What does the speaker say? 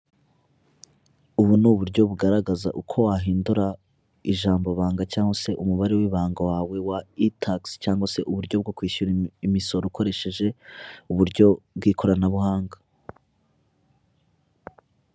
Ubu ni uburyo bugaragaza uko wahindura ijambobanga cyangwa se umubare w'ibanga wawe wa itakisi. Cyangwa se uburyo bwo kwishyura imisoro ukoresheje uburyo bw'ikoranabuhanga.